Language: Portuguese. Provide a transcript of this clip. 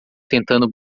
tentando